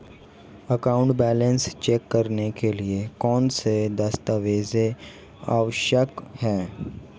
Account balance check करने के लिए कौनसे दस्तावेज़ आवश्यक हैं?